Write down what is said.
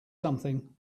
something